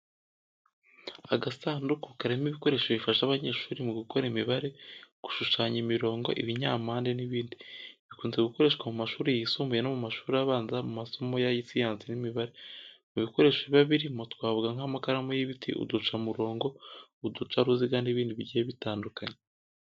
Agasanduku karimo ibikoresho bifasha abanyeshuri mu gukora imibare, gushushanya imirongo, ibinyampande n’ibindi. Bikunze gukoreshwa mu mashuri yisumbuye no mu mashuri abanza mu masomo ya siyansi n'imibare. Mu bikoresho biba birimo twavuga nk’amakaramu y'ibiti, uducamurongo, uducaruziga n’ibindi bigiye bitandukanye.